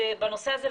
בנושא הזה.